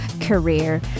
career